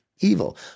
evil